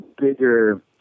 bigger